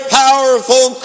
powerful